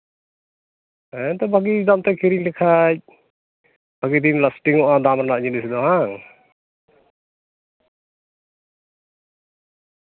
ᱦᱮᱸ ᱮᱱᱛᱮᱫ ᱵᱷᱟᱜᱮ ᱫᱟᱢ ᱛᱮ ᱠᱤᱨᱤᱧ ᱞᱮᱠᱷᱟᱡ ᱟᱹᱰᱤ ᱫᱤᱱ ᱞᱟᱥᱴᱤᱝᱚᱜᱼᱟ ᱫᱟᱢ ᱨᱮᱱᱟᱜ ᱡᱤᱱᱤᱥ ᱫᱚ ᱦᱟᱝ